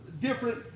different